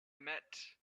met